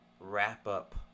wrap-up